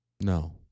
No